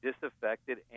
disaffected